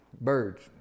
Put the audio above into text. Birds